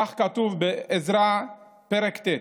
כך כתוב בעזרא פרק ט':